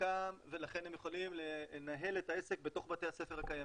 ולכן הם יכולים לנהל את העסק בתוך בתי הספר הקיימים.